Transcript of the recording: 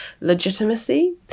legitimacy